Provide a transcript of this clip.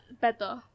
better